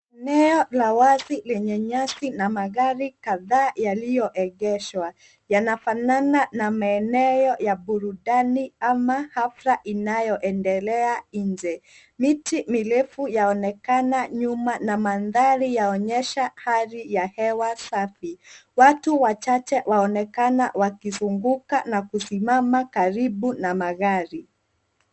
Eneo la wazi lenye nyasi na magari kadhaa yaliyoegeshwa yanafanana na maeneo ya burudani ama hafla inayoendelea nje. Miti mirefu yaonekana nyuma na mandhari yaonyesha hali ya hewa safi. Watu wachache waonekana wakizunguka na kusimama karibu na magari.